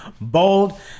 bold